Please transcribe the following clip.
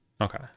Okay